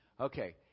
Okay